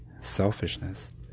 selfishness